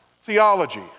theology